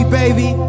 baby